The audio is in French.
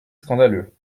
scandaleux